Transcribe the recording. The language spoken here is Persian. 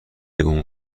اون